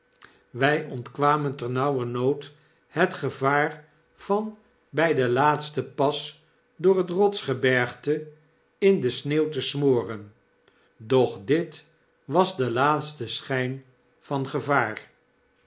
wij ontkwamen ternauwernood het gevaar van bij den laatsten pas door het rotsgebergte in de sneeuw te smoren doch dit was de laatste schijn van gevaar